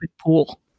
pool